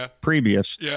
previous